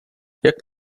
jak